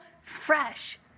fresh